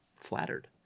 flattered